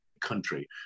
country